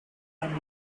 and